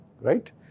Right